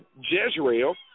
Jezreel